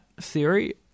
theory